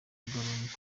muri